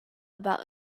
about